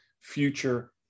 future